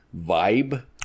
vibe